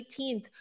18th